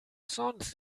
sonst